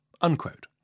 unquote